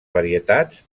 varietats